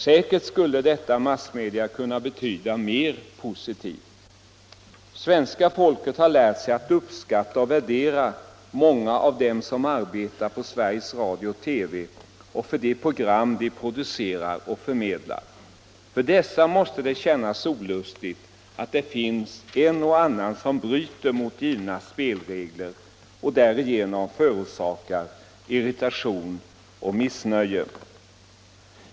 Säkerligen skulle detta massmedium kunna göra mycket mer av positiva insatser. Svenska folket har lärt sig att uppskatta och värdera många av dem som arbetar på Sveriges Radio/TV och de program de producerar och förmedlar. För dessa medarbetare måste det kännas olustigt att det finns en och annan som bryter mot givna spelregler och därigenom förorsakar irritation och missnöje.